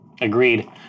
Agreed